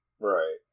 Right